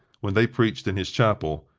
when they preached in his chapel,